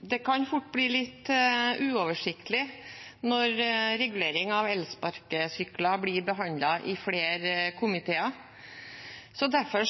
Det kan fort bli litt uoversiktlig når regulering av elsparkesykler blir behandlet i flere komiteer. Derfor